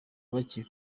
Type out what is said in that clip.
bake